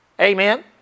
Amen